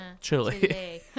chili